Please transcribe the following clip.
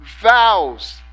vows